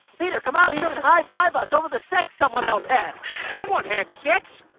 peter come out here and high five us over the sex someone else had. someone had sex.